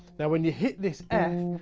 now, when you hit this f,